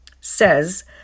says